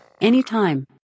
Anytime